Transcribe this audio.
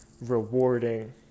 rewarding